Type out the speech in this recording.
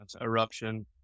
eruption